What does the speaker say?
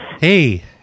Hey